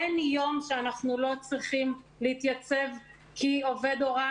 אין יום שאנחנו לא צריכים להתייצב כי עובד הוראה